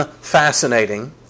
fascinating